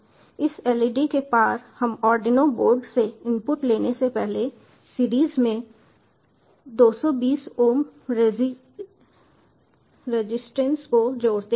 इस LED के पार हम आर्डिनो बोर्ड से इनपुट लेने से पहले सीरीज में 220 ओम रजिस्टेंस को जोड़ते हैं